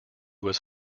was